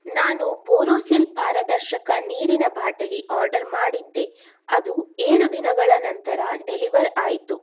ನಾನು ಬೋರೋಸಿಲ್ ಪಾರದರ್ಶಕ ನೀರಿನ ಬಾಟಲಿ ಆರ್ಡರ್ ಮಾಡಿದ್ದೆ ಅದು ಏಳು ದಿನಗಳ ನಂತರ ಡೆಲಿವರ್ ಆಯಿತು